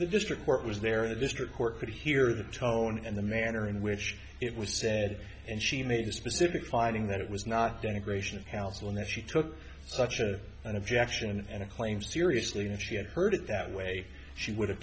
the district court was there the district court could hear the tone and the manner in which it was said and she made a specific finding that it was not denigration of counsel and that she took such a an objection and claim seriously if she had heard it that way she would have